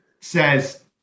says